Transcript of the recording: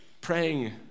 praying